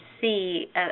see